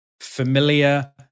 familiar